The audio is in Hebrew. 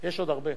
יש עוד הרבה.